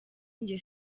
njye